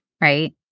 right